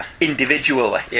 individually